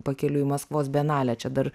pakeliui į maskvos bienalę čia dar